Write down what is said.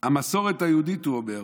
המסורת היהודית, הוא אומר,